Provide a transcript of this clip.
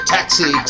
Taxi